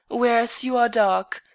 whereas you are dark.